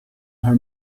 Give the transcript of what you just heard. her